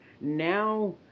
Now